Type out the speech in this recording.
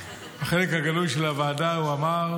בחלק הגלוי של הוועדה הוא אמר: